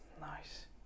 nice